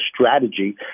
strategy